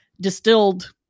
distilled